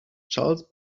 charles